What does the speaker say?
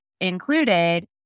included